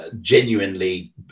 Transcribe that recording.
genuinely